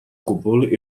gwbl